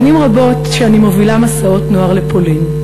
שנים רבות אני מובילה מסעות נוער לפולין.